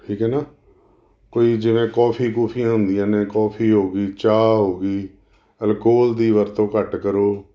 ਠੀਕ ਹੈ ਨਾ ਕੋਈ ਜਿਵੇਂ ਕੋਫੀ ਕੁਫੀਆ ਹੁੰਦੀਆਂ ਨੇ ਕਾਫੀ ਹੋ ਗਈ ਚਾਹ ਹੋ ਗਈ ਅਲਕੋਹਲ ਦੀ ਵਰਤੋਂ ਘੱਟ ਕਰੋ